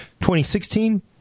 2016